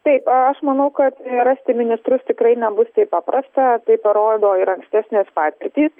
taip aš manau kad rasti ministrus tikrai nebus taip paprasta tai parodo ir ankstesnės patirtys